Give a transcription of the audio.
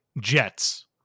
Jets